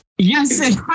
Yes